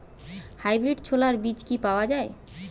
Hybrid ছোলার বীজ কি পাওয়া য়ায়?